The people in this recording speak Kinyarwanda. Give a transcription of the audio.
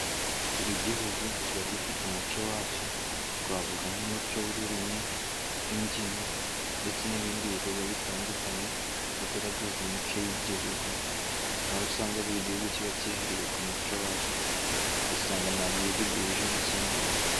Buri gihugu kiba gifite umuco wacyo, twavuga nk'umuco w'ururimi, imbyino ndetse n'ibindi bikorwa bitandukanye, bigaragaza umuco w'Igihugu, aho usanga buri gihugu kiba kihariye ku muco wacyo, ugasanga nta gihugu gihuje n'ikindi umuco.